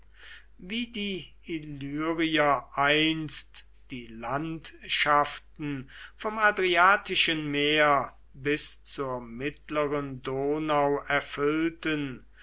wie die illyrier einst die landschaften vom adriatischen meer bis zur mittleren donau erfüllten